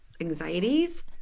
anxieties